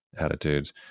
attitudes